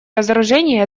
разоружения